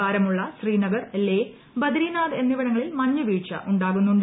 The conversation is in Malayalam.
ബാരമുള്ള ശ്രീനഗർ ലേ ബദരീനാഥ് എന്നിവിടങ്ങളിൽ മഞ്ഞുവീഴ്ച ഉണ്ടാകുന്നുണ്ട്